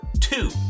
two